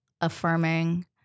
affirming—